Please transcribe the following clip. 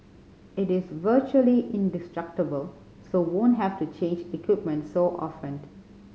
it is virtually indestructible so won't have to change equipment so often